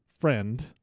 friend